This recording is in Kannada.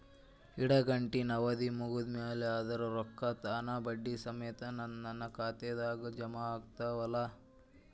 ಇಡಗಂಟಿನ್ ಅವಧಿ ಮುಗದ್ ಮ್ಯಾಲೆ ಅದರ ರೊಕ್ಕಾ ತಾನ ಬಡ್ಡಿ ಸಮೇತ ನನ್ನ ಖಾತೆದಾಗ್ ಜಮಾ ಆಗ್ತಾವ್ ಅಲಾ?